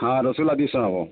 ହଁ ରସଗୋଲା ଦୁଇ ଶହ ହେବ